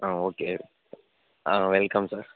okay welcome sir